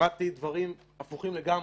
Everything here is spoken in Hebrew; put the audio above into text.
שמעתי דברים הפוכים לגמרי.